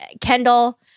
Kendall